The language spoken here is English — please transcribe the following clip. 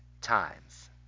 times